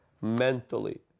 mentally